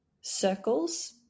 circles